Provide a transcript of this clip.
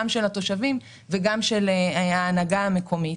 גם של התושבים וגם של ההנהגה המקומית.